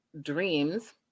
dreams